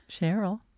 Cheryl